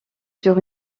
sur